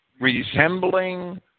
resembling